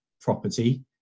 property